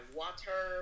water